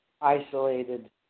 isolated